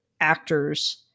actors